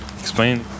Explain